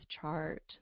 chart